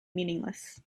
meaningless